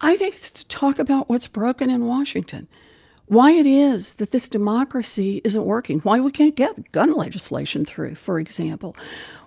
i think it's to talk about what's broken in washington why it is that this democracy isn't working why we can't get gun legislation through, for example